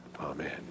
Amen